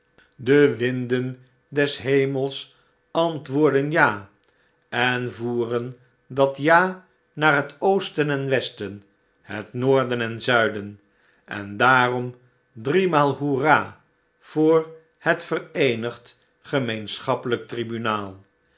de winden des hemels antwoorden ja en voeren dat ja naar het oosten en westen het noorden en zuiden en daarom driemaal hoera voor het vereenigd gemeenschappelijk tribunaal